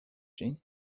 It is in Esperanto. ĝin